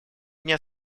дня